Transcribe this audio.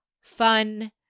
fun